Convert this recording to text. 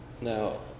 Now